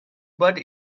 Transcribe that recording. but